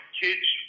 kids